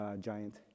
giant